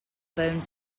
bone